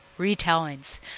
retellings